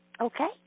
Okay